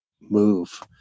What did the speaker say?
move